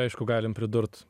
aišku galim pridurt